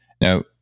Now